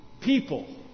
people